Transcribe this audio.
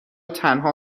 تنها